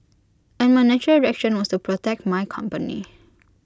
and my natural reaction was to protect my company